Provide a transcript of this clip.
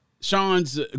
Sean's